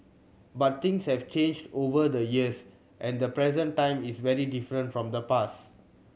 but things have changed over the years and the present time is very different from the past